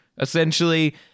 essentially